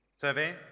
Survey